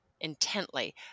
intently